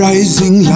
Rising